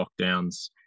lockdowns